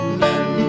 men